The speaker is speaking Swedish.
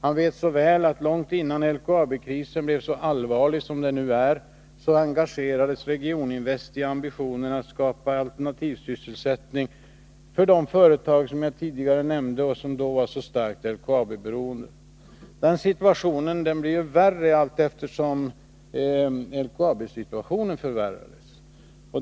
Han vet att långt innan LKAB-krisen blev så allvarlig som den nu är, så engagerades Regioninvest i ambitionen att skapa alternativ sysselsättning för de företag som jag tidigare nämnde och som då var så starkt LKAB-beroende. Dessa företags situation blev värre allteftersom LKAB:s situation förvärrades.